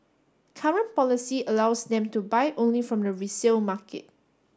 current policy allows them to buy only from the resale market